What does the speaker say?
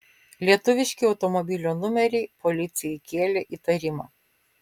lietuviški automobilio numeriai policijai kėlė įtarimą